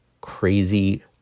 crazy